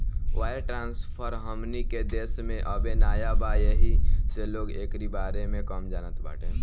wire transfer हमनी के देश में अबे नया बा येही से लोग एकरी बारे में कम जानत बाटे